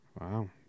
wow